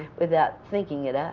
without thinking it